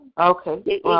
Okay